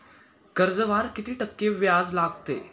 कर्जावर किती टक्के व्याज लागते?